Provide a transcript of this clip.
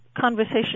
conversation